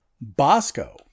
Bosco